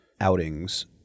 outings